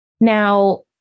Now